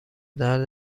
درد